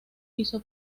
hizo